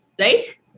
right